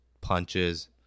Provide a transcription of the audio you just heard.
punches